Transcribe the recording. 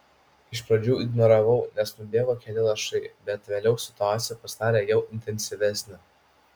iš pradžių ignoravau nes nubėgo keli lašai bet vėliau situacija pasidarė jau intensyvesnė